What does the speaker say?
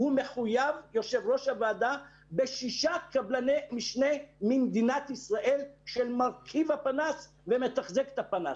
הוא מחויב בשישה קבלני משנה ממדינת ישראל של מרכיב הפנס ומתחזק את הפנס.